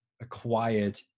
acquired